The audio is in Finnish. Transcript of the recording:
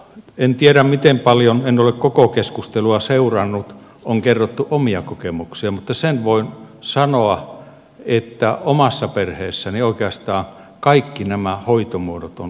en tiedä miten paljon en ole koko keskustelua seurannut on kerrottu omia kokemuksia mutta sen voin sanoa että omassa perheessäni oikeastaan kaikki nämä hoitomuodot ovat olleet käytössä